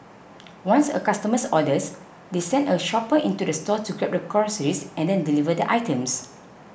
once a customer orders they send a shopper into the store to grab the groceries and then deliver the items